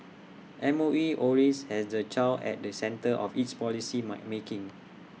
M O E always has the child at the centre of its policy might making